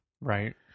Right